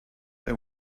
they